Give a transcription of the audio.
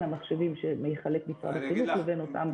המחשבים שמחלק משרד החינוך ולבין אותם גופים.